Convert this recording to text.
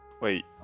Wait